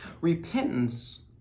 Repentance